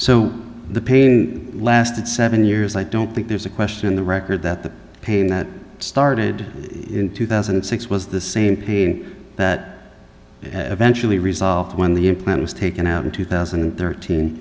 so the pain lasted seven years i don't think there's a question in the record that the pain that started in two thousand and six was the same pain that eventually result when the implant was taken out in two thousand and thirteen